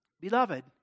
Beloved